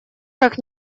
как